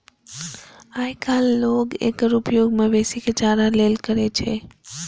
आइकाल्हि लोग एकर उपयोग मवेशी के चारा लेल करै छै